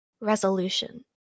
resolution